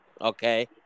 Okay